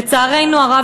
לצערנו הרב,